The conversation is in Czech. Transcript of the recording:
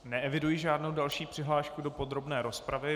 Neeviduji žádnou další přihlášku do podrobné rozpravy.